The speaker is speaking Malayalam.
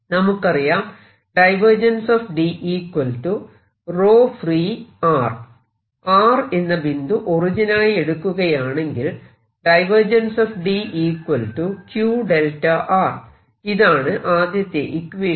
നമുക്കറിയാം r എന്ന ബിന്ദു ഒറിജിൻ ആയി എടുക്കുകയാണെങ്കിൽ ഇതാണ് ആദ്യത്തെ ഇക്വേഷൻ